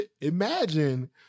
imagine